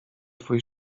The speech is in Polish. twój